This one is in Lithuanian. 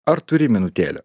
ar turi minutėlę